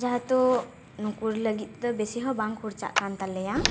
ᱡᱮᱦᱮᱛᱩ ᱱᱩᱠᱩ ᱞᱟᱹᱰᱤᱫ ᱛᱮᱫᱚ ᱵᱤᱥᱤ ᱦᱚᱸ ᱵᱟᱝ ᱠᱷᱚᱨᱪᱟᱜ ᱠᱟᱱ ᱛᱟᱞᱮᱭᱟ